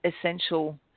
essential